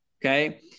Okay